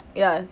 ya